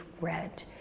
read